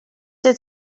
did